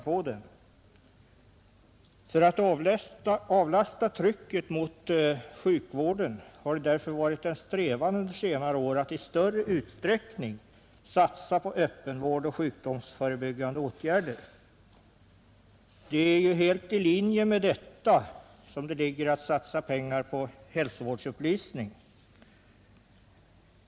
För att avlasta trycket på sjukvården har det under senare år varit en strävan att i större utsträckning satsa på öppen vård och sjukdomsförebyggande åtgärder. Det ligger helt i linje härmed att satsa pengar på hälsovårdsupplysning.